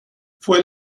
fue